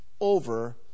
over